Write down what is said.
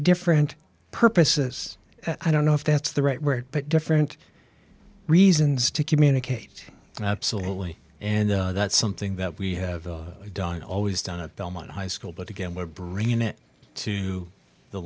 different purposes i don't know if that's the right word but different reasons to communicate absolutely and that's something that we have done always done at belmont high school but again we're bringing it to the